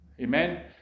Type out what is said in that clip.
Amen